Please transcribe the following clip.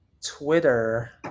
Twitter